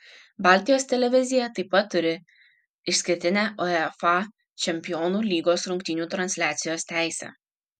baltijos televizija taip pat turi išskirtinę uefa čempionų lygos rungtynių transliacijos teisę